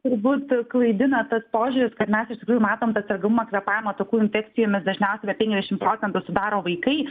turbūt klaidina tas požiūris kad mes iš tikrųjų matom tą sergamumą kvėpavimo takų infekcijomis dažniausiai apie penkiasdešim procentų sudaro vaikai